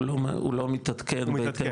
הוא למתעדכן בהתאם?